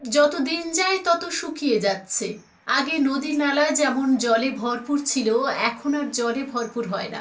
যতো দিন যায় তত শুকিয়ে যাচ্ছে আগে নদী নালা যেমন জলে ভরপুর ছিলো এখন আর জলে ভরপুর হয় না